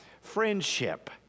friendship